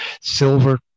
silver